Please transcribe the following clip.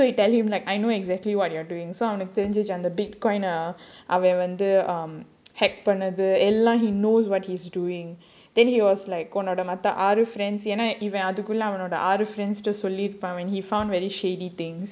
so he tell him like I know exactly what you are doing அவனுக்கு தெரிஞ்சிச்சு அந்த:avanukku therinjichu andha bitcoin ah அவன் வந்து:avan vandhu um hack பண்ணது:pannathu he knows what he's doing then he was like உன்னோட மத்த ஆறு:unnoda matha aaru friends ஏனா இவன் அதுக்குள்ள அவனோட ஆறு:yaenaa ivan adhukulla avanoda aaru friends கிட்ட சொல்லிருப்பான்:kitta solliruppaan he found really shady things